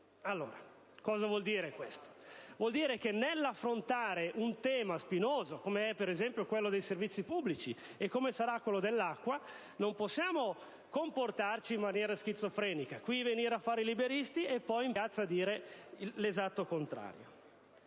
interno dei privati. Questo vuol dire che nell'affrontare un tema spinoso, com'è per esempio quello dei servizi pubblici e come sarà quello dell'acqua, non possiamo comportarci in maniera schizofrenica: qui venire a fare i liberisti e poi in piazza dire l'esatto contrario.